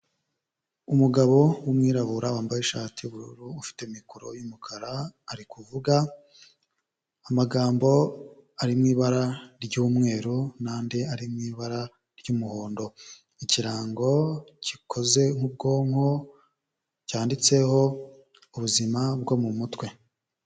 Umugabo w'umwirabura wambaye ishati y'ubururu, ufite mikoro y'umukara, ari kuvuga, amagambo ari mu ibara ry'umweru n'andi ari mu ibara ry'umuhondo. Ikirango gikoze nk'ubwonko, cyanditseho ubuzima bwo mu mutwe.